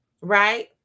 Right